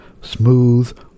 Smooth